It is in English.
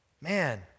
Man